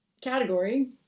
category